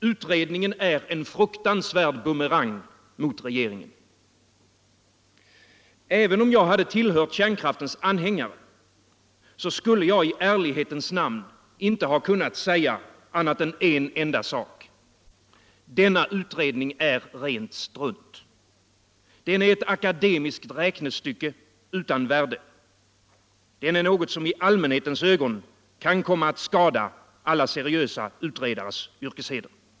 Utredningen är en fruktansvärd bumerang mot regeringen. Även om jag hade tillhört kärnkraftens anhängare, skulle jag i ärlighetens namn inte ha kunnat annat än säga en enda sak: Denna utredning är rent strunt. Den är ett akademiskt räknestycke utan värde. Den är något som i allmänhetens ögon kan komma att skada alla seriösa utredares yrkesheder.